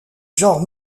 genre